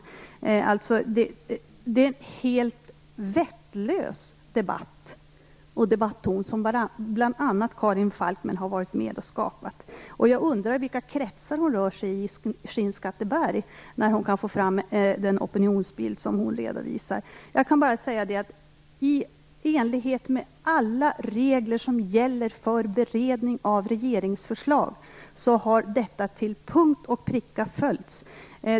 Det är alltså en helt vettlös debatt och debatton som bl.a. Karin Falkmer varit med om att skapa. Jag undrar vilka kretsar i Skinnskatteberg hon rör sig i när hon kan få fram en sådan opinionsbild som hon redovisar. I enlighet med alla regler som gäller för beredning av regeringsförslag har detta till punkt och pricka följts.